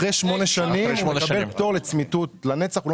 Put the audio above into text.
אחרי כשמונה שנים הוא מקבל פטור לצמיתות; הוא לא